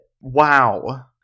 wow